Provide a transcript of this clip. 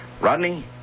Rodney